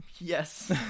Yes